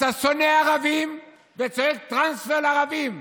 אתה שונא ערבים, וצריך טרנספר לערבים,